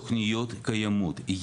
תוכניות קיימות,